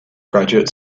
graduate